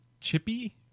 chippy